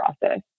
process